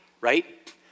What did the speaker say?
right